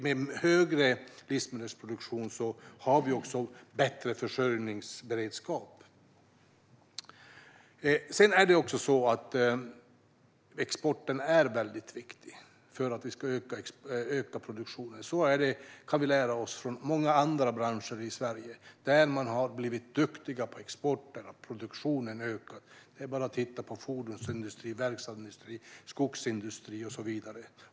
Med högre livsmedelsproduktion får vi också en bättre försörjningsberedskap. Exporten är dock väldigt viktig för att vi ska kunna öka produktionen. Det kan vi lära oss från många andra branscher i Sverige: Där man har blivit duktig på export har också produktionen ökat. Se bara på fordonsindustrin, verkstadsindustrin, skogsindustrin och så vidare!